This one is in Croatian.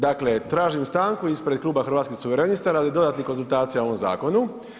Dakle, tražim stanku ispred Kluba Hrvatskih suverenista radi dodatnih konzultacija o ovom zakonu.